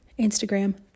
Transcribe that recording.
Instagram